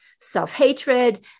Self-hatred